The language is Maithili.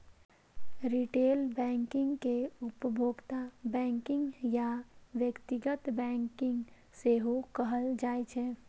रिटेल बैंकिंग कें उपभोक्ता बैंकिंग या व्यक्तिगत बैंकिंग सेहो कहल जाइ छै